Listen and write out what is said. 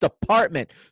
department